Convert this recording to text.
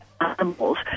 Animals